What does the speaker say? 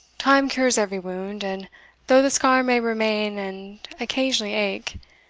time cures every wound, and though the scar may remain and occasionally ache,